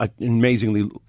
amazingly